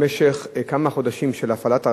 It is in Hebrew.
במשך כמה חודשים של הפעלת הרכבת,